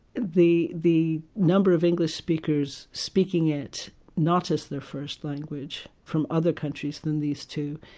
the the number of english speakers speaking it not as their first language, from other countries than these two,